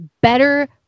better